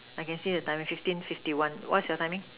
I can see the timing fifteen fifty one what's your timing